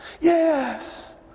yes